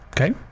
Okay